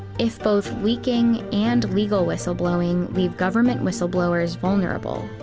if both leaking, and legal whistleblowing, leave government whistleblowers vulnerable,